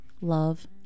love